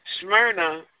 Smyrna